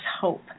hope